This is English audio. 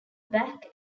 back